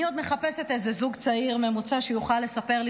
אני עוד מחפשת איזה זוג צעיר ממוצע שיוכל לספר לי